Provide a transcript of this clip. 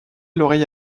l’oreille